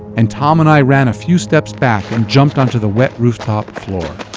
and tom and i ran a few steps back and jumped onto the wet rooftop floor.